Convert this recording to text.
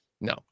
No